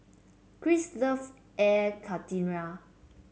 Chris loves Air Karthira